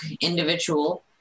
individual